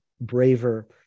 braver